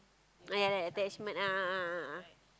ah ya ya that attachment a'ah a'ah a'ah